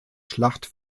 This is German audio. schlacht